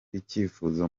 icyifuzo